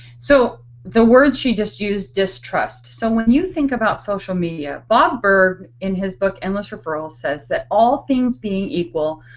so the word she just used, distrust. so when you think about social media bob burg in his book, endless referrals says that all things being equal,